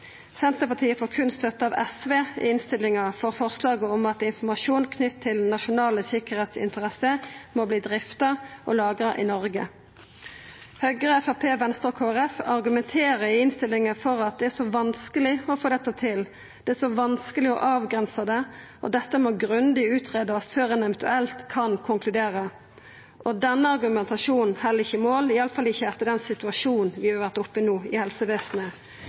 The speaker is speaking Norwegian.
Senterpartiet får berre støtte av SV i innstillinga for forslaget om at informasjon knytt til nasjonale sikkerheitsinteresser må verta drifta og lagra i Noreg. Høgre, Framstegspartiet, Venstre og Kristeleg Folkeparti argumenterer i innstillinga for at det er så vanskeleg å få dette til, det er så vanskeleg å avgrensa det, og at dette må grundig greiast ut før ein eventuelt kan konkludera. Denne argumentasjonen held ikkje mål, i alle fall ikkje etter den situasjonen vi har vore oppe i no i helsevesenet.